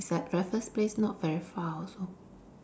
it's at Raffles Place not very far also